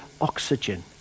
oxygen